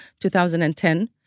2010